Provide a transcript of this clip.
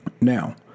Now